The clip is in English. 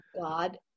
God